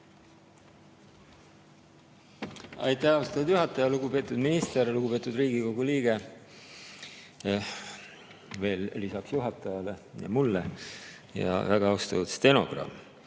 Aitäh, austatud juhataja! Lugupeetud minister! Lugupeetud Riigikogu liige lisaks juhatajale ja mulle! Väga austatud stenogramm!